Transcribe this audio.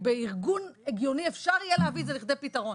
בארגון הגיוני אפשר יהיה להביא את זה לכדי פתרון.